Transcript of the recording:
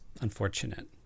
unfortunate